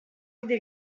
vide